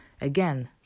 again